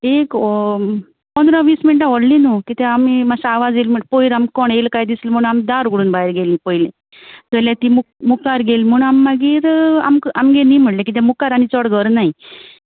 एक व्हो पोन्रा वीस मिणटां व्हडली न्हू कित्या आमी माश्शा आवाज येल म्हणट पयर आमकां कोण येयल काय दिस्ल म्हूण आमी दार उगडून भायर गेलीं पयली जाल्यार ती मुक मुखार गेली म्हूण आम मागीर आमक आमगे न्ही म्हळ्ळें किद्या मुखार आनी चोड गोर नाय